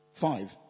Five